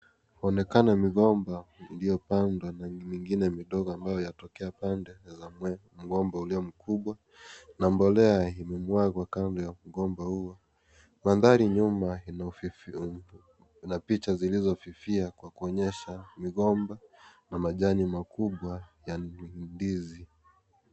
Inaonekana migomba iliyopandwa na mengine midogo ambayo yatokea pande za mwe mgomba ulio mkubwa na na mbolea imemwagwa kando ya mgomba huu. Mandhari nyuma ina picha zilizofifia kwa kuonyesha migomba na majani makubwa ya ndizi.